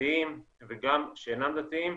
דתיים וגם שאינם דתיים.